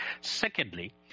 Secondly